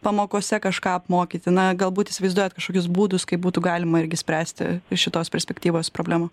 pamokose kažką apmokyti na galbūt įsivaizduojat kažkokius būdus kaip būtų galima irgi spręsti iš šitos perspektyvos problemą